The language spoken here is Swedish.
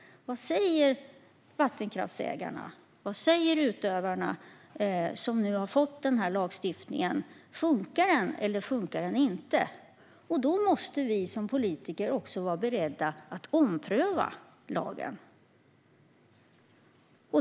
Vad säger vattenkraftsägarna och utövarna om lagstiftningen? Funkar den eller funkar den inte? Då måste vi som politiker också vara beredda att ompröva lagen.